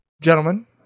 Gentlemen